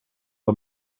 der